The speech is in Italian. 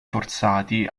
forzati